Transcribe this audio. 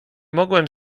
mogłem